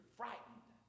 frightened